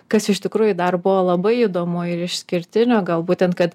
kas iš tikrųjų dar buvo labai įdomu ir išskirtinio gal būtent kad